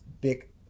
big